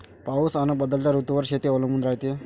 पाऊस अन बदलत्या ऋतूवर शेती अवलंबून रायते